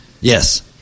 Yes